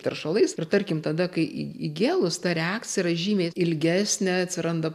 teršalais ir tarkim tada kai i įgėlus ta reakcija yra žymiai ilgesnė atsiranda